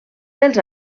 dels